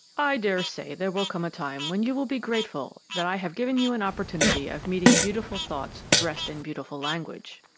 i daresay there will come a time when you will be grateful that i have given you an opportunity of meeting beautiful thoughts dressed in beautiful language.